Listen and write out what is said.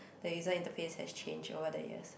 the user interface has change over the years